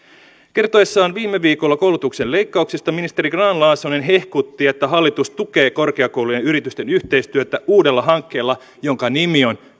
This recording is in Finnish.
kertoessaan viime viikolla koulutuksen leikkauksista ministeri grahn laasonen hehkutti että hallitus tukee korkeakoulujen ja yritysten yhteistyötä uudella hankkeella jonka nimi on